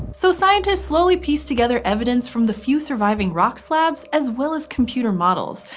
so scientists slowly pieced together evidence from the few surviving rock slabs, as well as computer models,